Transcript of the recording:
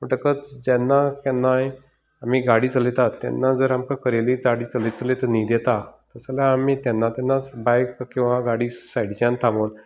म्हणटकच जेन्ना केन्नाय आमी गाडी चलयतात तेन्ना जर आमकां खरेली गाडी चलयत चलयता न्हीद येता तस जाल्यार आमी तेन्ना तेन्नाच बायक किंवा गाडी सायडीच्यान थांबोवन